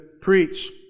preach